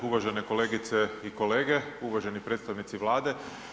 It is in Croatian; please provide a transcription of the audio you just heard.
Uvažene kolegice i kolege, uvaženi predstavnici Vlade.